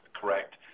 correct